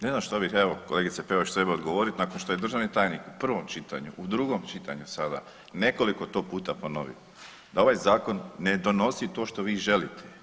Ne znam šta bih evo kolegice Peović trebao odgovoriti nakon što je državni tajnik u prvom čitanju, u drugom čitanju sada nekoliko to puta ponovio, da ovaj zakon ne donosi to što vi želite.